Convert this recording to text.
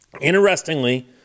interestingly